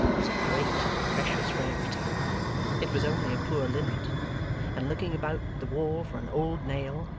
as a great and precious rarity it was only a poor linnet and looking about the wall for an old nail,